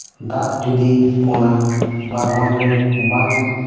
ᱫᱟᱜ ᱡᱩᱫᱤ ᱚᱱᱟ ᱵᱟᱜᱽᱣᱟᱱ ᱨᱮ ᱵᱟᱢ